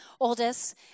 oldest